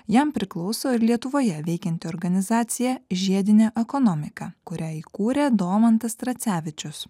jam priklauso ir lietuvoje veikianti organizacija žiedinė ekonomika kurią įkūrė domantas tracevičius